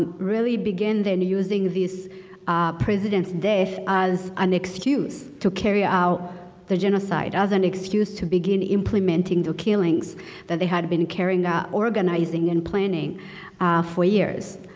ah really began then using this presidents death as an excuse to carry out the genocide. as an excuse to begin implementing the killings that they had been carrying out, organizing, and planning for years.